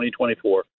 2024